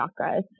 chakras